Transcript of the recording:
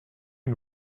une